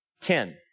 Ten